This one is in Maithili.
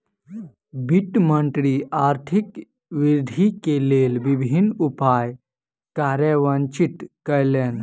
वित्त मंत्री आर्थिक वृद्धि के लेल विभिन्न उपाय कार्यान्वित कयलैन